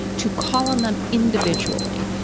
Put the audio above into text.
to call on them individually,